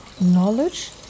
knowledge